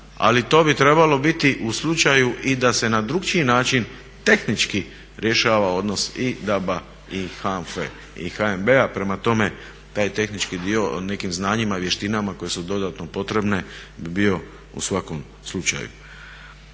Ali to bi trebalo biti u slučaju i da se na drukčiji način tehnički rješava odnos i DAB-a i HANFA-e i HNB-a, prema tome taj je tehnički dio o nekim znanjima i vještinama koje su dodatno potrebne bi bio u svakom slučaju.